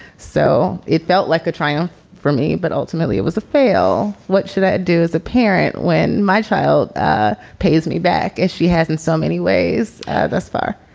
so it felt like a triumph for me, but ultimately it was a fail. what should i do as a parent when my child ah pays me back as she has in so many ways thus far?